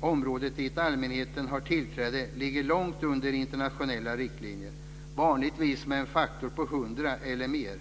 områden dit allmänheten har tillträde ligger långt under internationella riktlinjer, vanligtvis med en faktor på 100 eller mer.